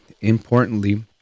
importantly